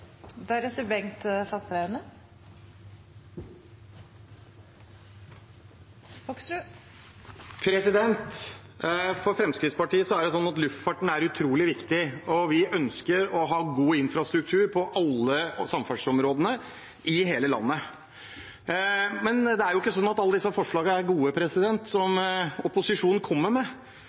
luftfarten utrolig viktig, og vi ønsker å ha god infrastruktur på alle samferdselsområder, i hele landet. Men det er jo ikke sånn at alle forslagene som opposisjonen kommer med, er gode.